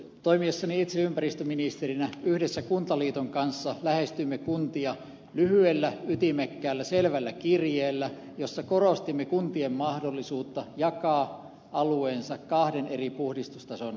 toimiessani itse ympäristöministerinä yhdessä kuntaliiton kanssa lähestyimme kuntia lyhyellä ytimekkäällä selvällä kirjeellä jossa korostimme kuntien mahdollisuutta jakaa alueensa kahden eri puhdistustason alueisiin